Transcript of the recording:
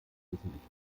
wesentlich